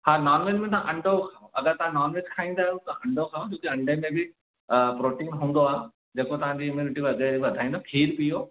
हा non veg में तव्हां अंडो अगरि तव्हां नॉन वेज खाईंदा आहियो त अंडो खाओ छोकि अंडे में बि अ प्रोटीन हूंदो आहे जेको तव्हांजी इम्यूनिटी वधे वधाईंदो खीरु पीओ